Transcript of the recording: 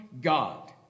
God